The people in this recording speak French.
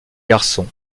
garçons